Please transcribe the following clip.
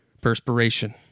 perspiration